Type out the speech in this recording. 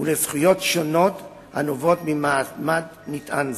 ולזכויות שונות הנובעות ממעמד נטען זה.